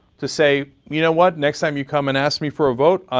to say, you know what? next time you come and ask me for a vote,